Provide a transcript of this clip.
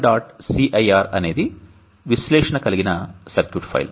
cir అనేది విశ్లేషణ కలిగిన సర్క్యూట్ ఫైల్